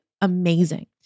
amazing